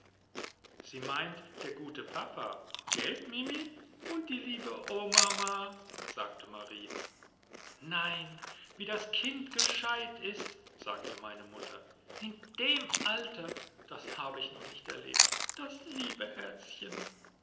sie meint der gute papa gelt mimi und die liebe omama sagte marie nein wie das kind gescheit ist sagte meine mutter in dem alter das habe ich noch nicht erlebt das liebe herzchen